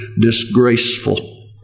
disgraceful